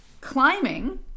climbing